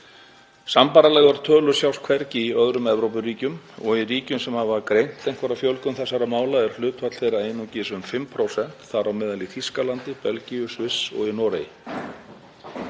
Sambærilegar tölur sjást hvergi í öðrum Evrópuríkjum og í ríkjum sem hafa greint einhverja fjölgun þessara mála er hlutfall þeirra einungis um 5%, þar á meðal í Þýskalandi, Belgíu, Sviss og í Noregi.